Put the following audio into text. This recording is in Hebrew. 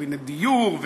וקבינט דיור,